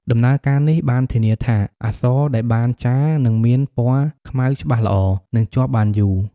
ដំណើរការនេះបានធានាថា អក្សរដែលបានចារនឹងមានពណ៌ខ្មៅច្បាស់ល្អ និងជាប់បានយូរ។